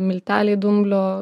milteliai dumblių